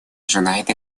ожидает